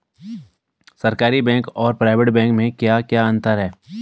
सरकारी बैंक और private bank में क्या क्या अंतर हैं?